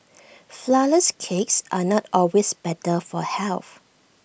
Flourless Cakes are not always better for health